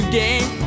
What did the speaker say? game